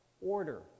order